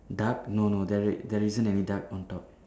duck no no there there isn't any duck on top